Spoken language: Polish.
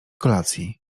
kolacji